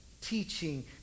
teaching